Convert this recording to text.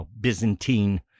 Byzantine